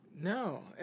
No